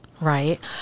Right